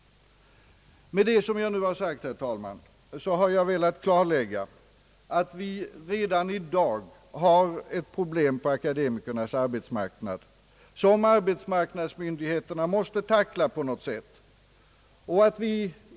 Med vad jag nu sagt, herr talman, har jag velat klarlägga att vi redan i dag har ett problem på akademikernas arbetsmarknad som arbetsmarknadsmyndigheterna måste tackla på något sätt.